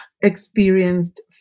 experienced